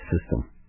system